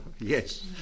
yes